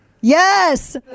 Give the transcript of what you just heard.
Yes